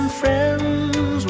friends